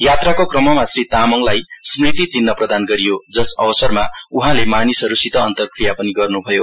यात्राको क्रममा श्री तामाङलाई स्मृति चिन्ह प्रदान गरियो जस अवसरमा उहाँले मानिसहरूसित अन्तरक्रिया पनि गर्नु भयो